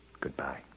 Goodbye